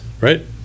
Right